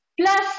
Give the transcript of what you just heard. plus